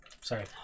Sorry